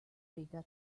riga